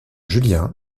julien